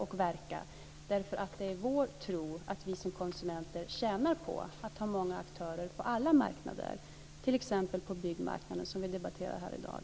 Det är vår tro att konsumenterna tjänar på att det finns många aktörer på alla marknader, t.ex. på byggmarknaden som vi debatterar här i dag.